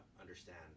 understand